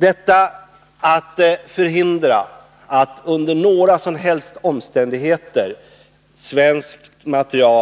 Önskemålet att förhindra att svenskt material under några som helst omständigheter